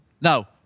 Now